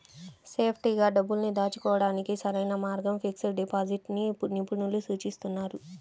సేఫ్టీగా డబ్బుల్ని దాచుకోడానికి సరైన మార్గంగా ఫిక్స్డ్ డిపాజిట్ ని నిపుణులు సూచిస్తున్నారు